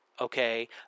Okay